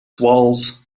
walls